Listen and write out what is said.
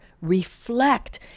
reflect